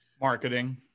marketing